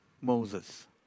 Moses